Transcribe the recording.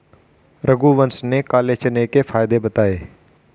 रघुवंश ने काले चने के फ़ायदे बताएँ